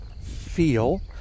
feel